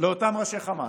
לאותם אנשי חמאס,